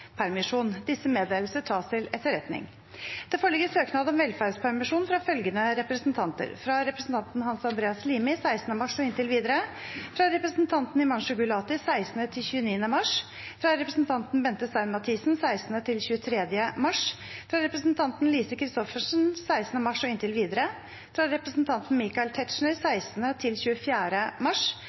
Disse meddelelser tas til etterretning. Det foreligger søknad om velferdspermisjon fra følgende representanter: fra representanten Hans Andreas Limi 16. mars og inntil videre fra representanten Himanshu Gulati 16.–29. mars fra representanten Bente Stein Mathisen 16.–23. mars fra representanten Lise Christoffersen 16. mars og inntil videre fra representanten Michael Tetzschner 16.–24. mars fra representanten Bård Hoksrud 16. mars